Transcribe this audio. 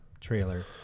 trailer